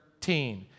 13